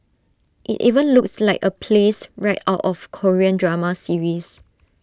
IT even looks like A place right out of Korean drama series